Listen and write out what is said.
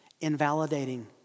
invalidating